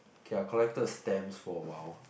okay I collected stamps for a while